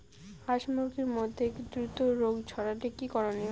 হাস মুরগির মধ্যে দ্রুত রোগ ছড়ালে কি করণীয়?